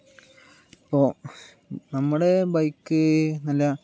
ആ നമ്മുടെ ബൈക്ക് നല്ല